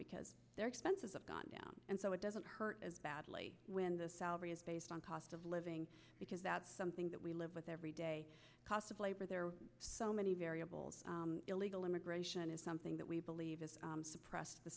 because their expenses of gone down and so it doesn't hurt as badly when the salary is based on cost of living because that's something that we live with every day cost of labor there are so many variables illegal immigration is something that we believe is suppressed the